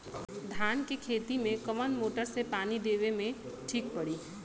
धान के खेती मे कवन मोटर से पानी देवे मे ठीक पड़ी?